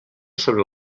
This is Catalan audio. sobre